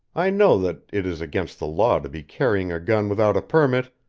i know that it is against the law to be carrying a gun without a permit,